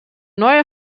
neue